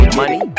money